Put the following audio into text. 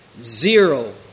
zero